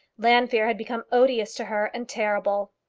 llanfeare had become odious to her and terrible!